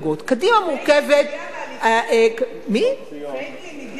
קדימה מורכבת, פייגלין הגיע מהליכוד?